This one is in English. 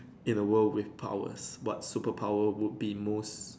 in a world with powers what superpower would be most